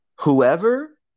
whoever